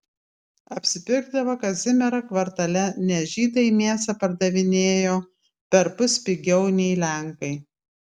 apsipirkdavo kazimiero kvartale nes žydai mėsą pardavinėjo perpus pigiau nei lenkai